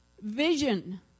vision